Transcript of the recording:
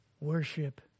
worship